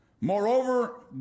moreover